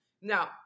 now